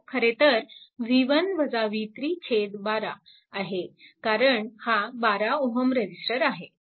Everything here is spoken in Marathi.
तो खरेतर 12 आहे कारण हा 12 Ω रेजिस्टर आहे